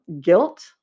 guilt